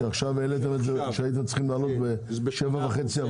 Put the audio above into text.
כשהייתם צריכים להעלות ב-7.5%?